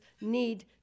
need